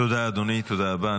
תודה, אדוני, תודה רבה.